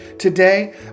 Today